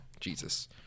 Jesus